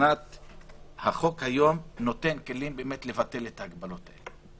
שהחוק נותן היום כלים לבטל את ההגבלות האלה,